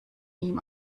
ihm